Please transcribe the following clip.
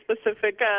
specific